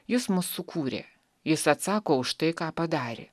jis mus sukūrė jis atsako už tai ką padarė